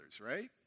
Right